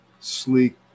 sleek